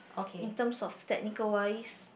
in terms of technical wise